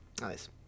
Nice